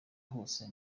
hose